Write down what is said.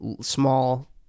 small